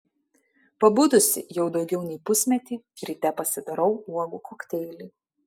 pabudusi jau daugiau nei pusmetį ryte pasidarau uogų kokteilį